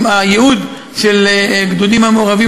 עם הייעוד של הגדודים המעורבים,